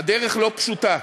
הדרך לא פשוטה.